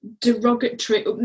derogatory